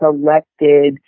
selected